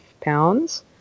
pounds